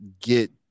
get